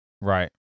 right